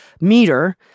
meter